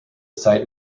site